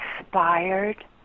inspired